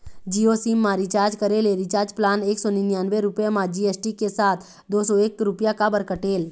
Jio SIM मा recharge करे ले रिचार्ज प्लान एक सौ निन्यानबे रुपए मा जी.एस.टी के साथ दो सौ एक रुपया काबर कटेल?